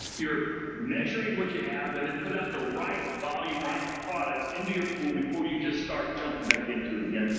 you're measuring what you have and and put out the right volume, right product into your pool before you just start jumping back into it again.